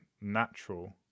natural